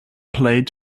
played